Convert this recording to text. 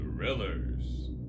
Thrillers